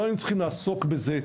לא היינו צריכים לעסוק בזה.